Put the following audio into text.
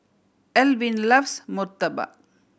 Elvin loves murtabak